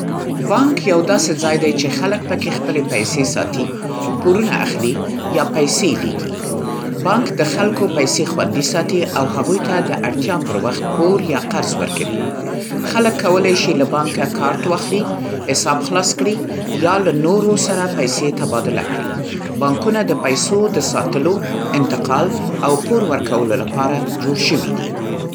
بانک یو داسې ځای دی چې خلک پکې خپلې پیسې ساتي، پورونه اخلي، یا پیسې لېږي. بانک د خلکو پیسې خوندي ساتي او هغوی ته د اړتیا پر وخت پور یا قرض ورکوي. خلک کولی شي له بانکه کارډ واخلي، حساب خلاص کړي، یا له نورو سره پیسې تبادله کړي. بانکونه د پیسو د ساتلو، انتقال، او پور ورکولو لپاره جوړ شوي دي.